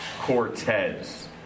Cortez